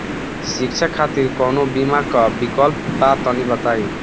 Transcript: शिक्षा खातिर कौनो बीमा क विक्लप बा तनि बताई?